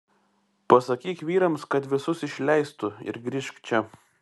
pasakyk vyrams kad visus išleistų ir grįžk čia